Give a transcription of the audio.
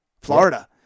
Florida